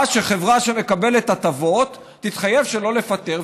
שחברה שמקבלת הטבות תתחייב שלא לפטר,